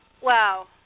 Wow